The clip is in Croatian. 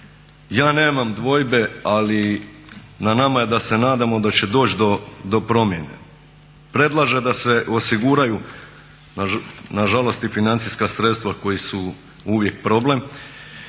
ja nemam dvojbe, ali na nama je da se nadamo da će doći do promjene, predlaže da se osiguraju nažalost i financijska sredstva koji su uvijek problem,